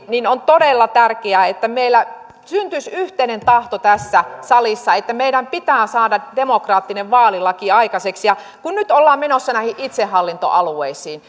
niin on todella tärkeää että meillä syntyisi yhteinen tahto tässä salissa että meidän pitää saada demokraattinen vaalilaki aikaiseksi kun nyt ollaan menossa näihin itsehallintoalueisiin